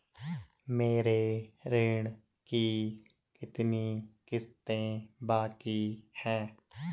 मेरे ऋण की कितनी किश्तें बाकी हैं?